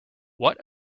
what